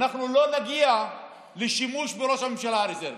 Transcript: אנחנו לא נגיע לשימוש בראש הממשלה הרזרבי.